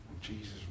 Jesus